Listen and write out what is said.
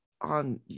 on